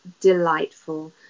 delightful